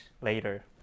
later